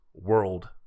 world